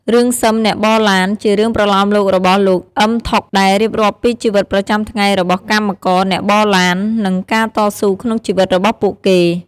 រឿងស៊ឹមអ្នកបរឡាន ជារឿងប្រលោមលោករបស់ លោក អ៊ឹម ថុក ដែលរៀបរាប់ពីជីវិតប្រចាំថ្ងៃរបស់កម្មករអ្នកបរឡាន និងការតស៊ូក្នុងជីវិតរបស់ពួកគេ។